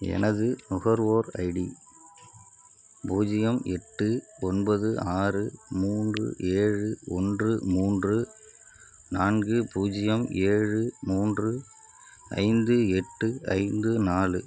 எனது நுகர்வோர் ஐடி பூஜ்ஜியம் எட்டு ஒன்பது ஆறு மூன்று ஏழு ஒன்று மூன்று நான்கு பூஜ்ஜியம் ஏழு மூன்று ஐந்து எட்டு ஐந்து நாலு